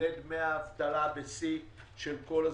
מקבלי דמי האבטלה בשיא של כל הזמנים,